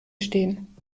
stehen